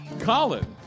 Colin